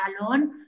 alone